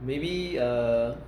maybe err